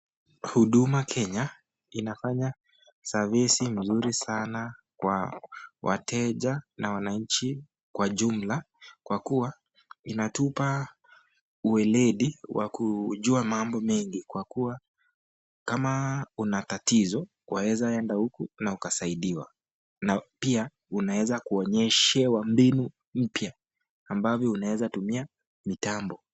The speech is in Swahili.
Huduma Kenya inafanya servesi nzuri sana kwa wateja na wananchi kwa jumla, kwa kuwa, inatupa weledi wa kujua mambo mengi kwa kuwa, kama una tatizo waeza enda huku na ukasaidiwa na pia, unaweza kuonyeshewa mbinu mpya ambavyo unaweza tumia mitambo.